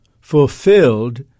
fulfilled